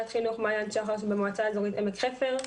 חינוך מעיין שחר שבמועצה האזורית עמק חפר.